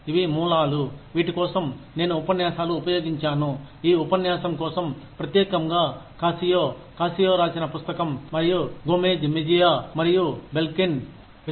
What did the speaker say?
ఇవి మూలాలు వీటి కోసం నేను ఉపన్యాసాలు ఉపయోగించాను ఈ ఉపన్యాసం కోసం ప్రత్యేకంగా కాసియో కాసియో రాసిన పుస్తకం మరియు గోమెజ్ మెజియా మరియు Belkin Cascio and the book by Gomez Mejia and Belkin